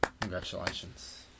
Congratulations